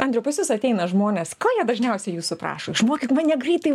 andriau pas jus ateina žmonės ko jie dažniausiai jūsų prašo išmokyk mane greitai